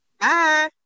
bye